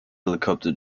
helicopter